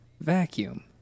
vacuum